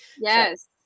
Yes